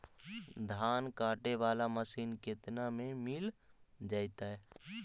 धान काटे वाला मशीन केतना में मिल जैतै?